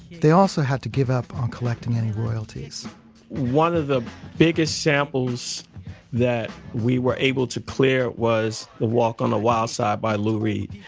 they also have to give up on collecting any royalties one of the biggest samples that we were able to clear was the walk on the wild side by lou reed,